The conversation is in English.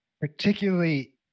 particularly